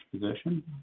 position